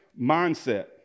mindset